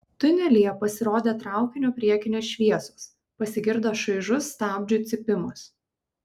tunelyje pasirodė traukinio priekinės šviesos pasigirdo šaižus stabdžių cypimas